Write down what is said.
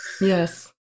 Yes